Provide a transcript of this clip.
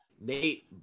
nate